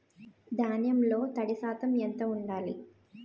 ధాన్యంలో తడి శాతం ఎంత ఉండాలి?